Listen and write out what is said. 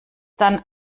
dann